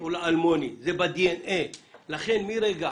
לכן מרגע